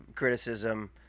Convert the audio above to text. criticism